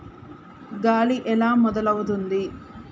గాలి ఎలా మొదలవుతుంది?